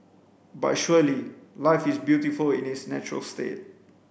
but surely life is beautiful in its natural state